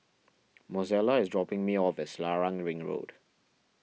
Mozella is dropping me off at Selarang Ring Road